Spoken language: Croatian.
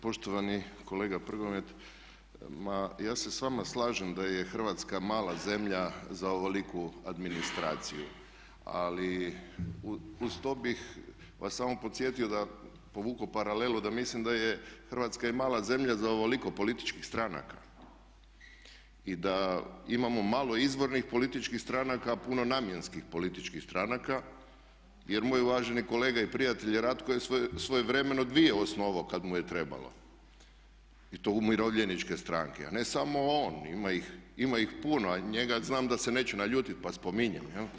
Poštovani kolega Prgomet, ja se s vama slažem da je Hrvatska mala zemlja za ovoliku administraciju ali uz to bih vas samo podsjetio, povukao paralelu da mislim da je Hrvatska i mala zemlja za ovoliko političkih stranaka i da imamo malo izvornih političkih stranaka a puno namjenskih političkih stranaka jer moj uvaženi kolega i prijatelj Ratko je svojevremeno dvije osnovao kada mu je trebao i to umirovljeničke stranke a ne samo on, ima ih puno, a njega znam da se neće naljutiti pa spominjem.